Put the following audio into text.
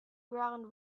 ground